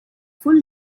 full